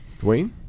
Dwayne